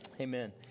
Amen